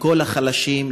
לכל החלשים,